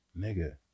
nigga